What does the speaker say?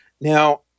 Now